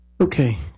Okay